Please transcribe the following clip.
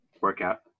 workout